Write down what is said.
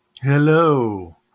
Hello